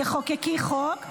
תחוקקי חוק,